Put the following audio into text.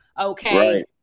Okay